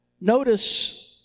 Notice